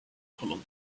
colony